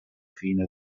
fine